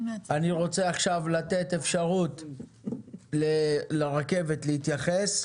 אז אתן לרכבת אפשרות להתייחס.